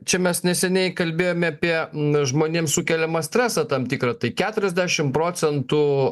čia mes neseniai kalbėjome apie n žmonėms sukeliamą stresą tam tikrą tai keturiasdešimt procentų